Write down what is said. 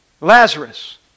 Lazarus